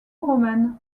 romaine